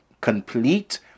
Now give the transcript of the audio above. complete